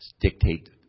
dictate